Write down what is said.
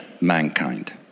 mankind